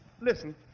Listen